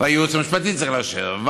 והייעוץ המשפטי צריך לאשר,